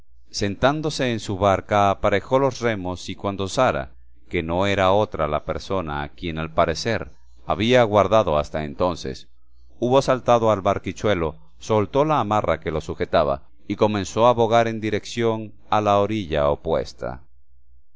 sentándose en su barca aparejó los remos y cuando sara que no era otra la persona a quien al parecer había aguardado hasta entonces hubo saltado al barquichuelo soltó la amarra que lo sujetaba y comenzó a bogar en dirección a la orilla opuesta